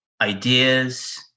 ideas